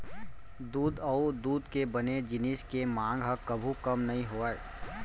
दूद अउ दूद के बने जिनिस के मांग ह कभू कम नइ होवय